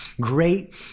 Great